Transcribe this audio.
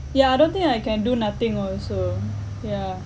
ya I don't think I can do nothing also yeah